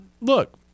Look